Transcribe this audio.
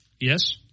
Yes